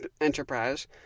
enterprise